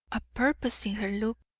a purpose in her look,